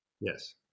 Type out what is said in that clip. Yes